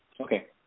Okay